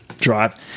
drive